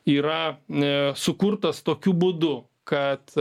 yra sukurtas tokiu būdu kad